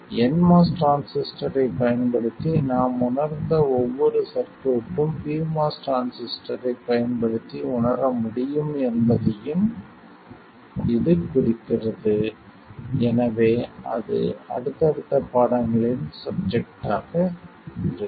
nMOS டிரான்சிஸ்டரைப் பயன்படுத்தி நாம் உணர்ந்த ஒவ்வொரு சர்க்யூட்டும் pMOS டிரான்சிஸ்டரைப் பயன்படுத்தி உணர முடியும் என்பதையும் இது குறிக்கிறது எனவே அது அடுத்தடுத்த பாடங்களின் சப்ஜெக்ட் ஆக இருக்கும்